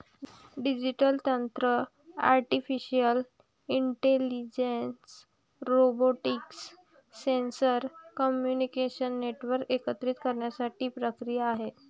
digital तंत्र artificial intelligence, robotics, sensor, communication network एकत्रित करण्याची प्रक्रिया आहे